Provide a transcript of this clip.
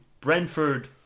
Brentford